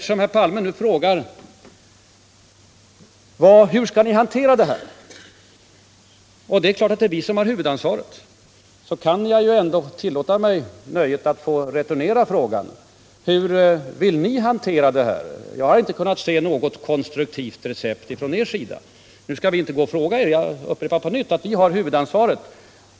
Men när herr Palme nu frågar hur vi skall hantera detta, som vi självfallet har huvudansvaret för, kunde jag kanske tillåta mig nöjet att returnera frågan: Hur vill ni hantera detta? Jag har inte fått något konstruktivt recept från er. Men jag skall inte ställa den frågan. Jag upprepar att vi har huvudansvaret.